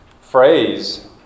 phrase